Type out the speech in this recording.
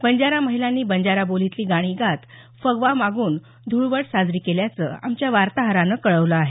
बंजारा महिलांनी बंजारा बोलीतली गाणी गात फगवा मागून धूळवड साजरी केल्याचं आमच्या वार्ताहरानं कळवलं आहे